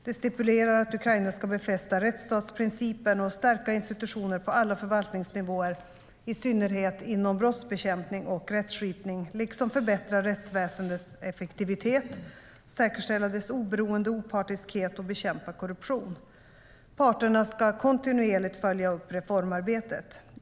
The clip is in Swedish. Det stipulerar att Ukraina ska befästa rättsstatsprincipen och stärka institutioner på alla förvaltningsnivåer, i synnerhet inom brottsbekämpning och rättsskipning, liksom förbättra rättsväsendets effektivitet, säkerställa dess oberoende och opartiskhet och bekämpa korruption. Parterna ska kontinuerligt följa upp reformarbetet.